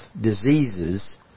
diseases